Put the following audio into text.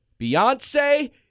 Beyonce